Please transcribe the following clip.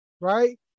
right